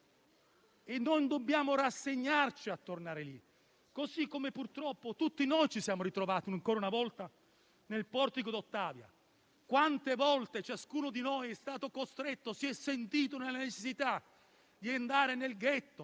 e non dobbiamo rassegnarci a tornare lì, così come purtroppo tutti ci siamo ritrovati, ancora una volta, al Portico d'Ottavia. Quante volte ciascuno di noi è stato costretto o ha sentito la necessità di andare al ghetto,